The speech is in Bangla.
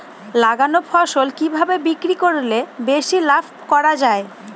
লাগানো ফসল কিভাবে বিক্রি করলে বেশি লাভ করা যায়?